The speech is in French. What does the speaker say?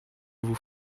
vous